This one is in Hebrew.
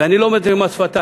ואני לא אומר את זה כמס שפתיים,